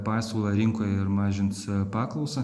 pasiūlą rinkoje ir mažins paklausą